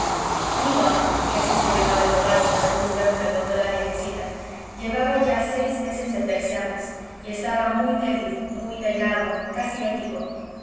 iwa que así se llamaba el polaco según luego me contó la viejecita llevaba ya seis meses de tercianas y estaba muy débil muy delgado casi hético